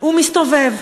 והוא מסתובב.